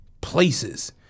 places